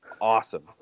awesome